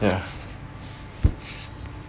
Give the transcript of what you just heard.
ya